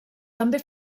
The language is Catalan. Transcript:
també